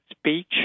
speech